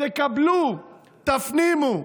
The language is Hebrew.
תקבלו, תפנימו.